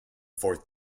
fourth